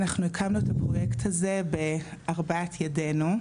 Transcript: אנחנו הקמנו את הפרויקט הזה בארבע ידינו,